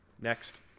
Next